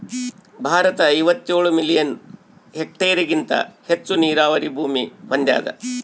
ಭಾರತ ಐವತ್ತೇಳು ಮಿಲಿಯನ್ ಹೆಕ್ಟೇರ್ಹೆಗಿಂತ ಹೆಚ್ಚು ನೀರಾವರಿ ಭೂಮಿ ಹೊಂದ್ಯಾದ